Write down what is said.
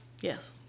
Yes